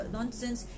Nonsense